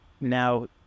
Now